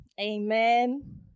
Amen